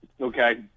okay